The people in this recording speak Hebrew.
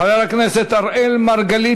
חבר הכנסת אראל מרגלית,